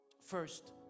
First